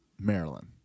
Maryland